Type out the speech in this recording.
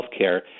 healthcare